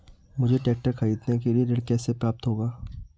मुझे ट्रैक्टर खरीदने के लिए ऋण कैसे प्राप्त होगा?